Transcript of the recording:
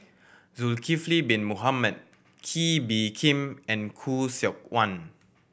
Zulkifli Bin Mohamed Kee Bee Khim and Khoo Seok Wan